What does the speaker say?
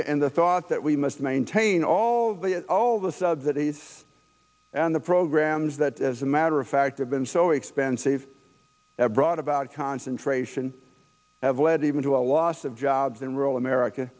in the thought that we must maintain all the all the subsidies and the programs that as a matter of fact have been so expensive that brought about concentration have led even to a loss of jobs in rural america